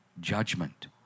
judgment